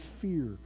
fear